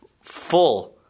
full